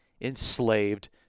enslaved